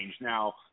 Now